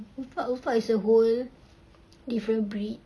ulfa ulfa is a whole different breed